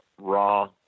raw